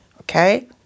Okay